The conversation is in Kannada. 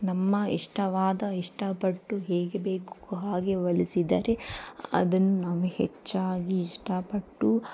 ನಮ್ಮ ಇಷ್ಟವಾದ ಇಷ್ಟಪಟ್ಟು ಹೇಗೆ ಬೇಕೋ ಹಾಗೆ ಹೊಲ್ಸಿದರೆ ಅದನ್ನು ನಾವು ಹೆಚ್ಚಾಗಿ ಇಷ್ಟಪಟ್ಟು